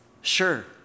Sure